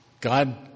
God